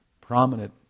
prominent